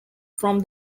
from